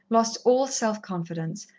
lost all self-confidence,